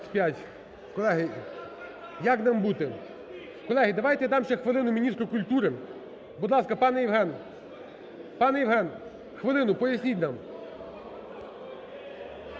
Колеги, як нам бути? Колеги, давайте я дам ще хвилину міністру культури. Будь ласка, пане Євген. Пане Євген, хвилину, поясніть нам.